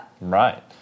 Right